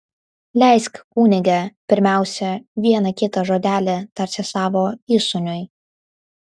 leisk kunige pirmiausia vieną kitą žodelį tarti savo įsūniui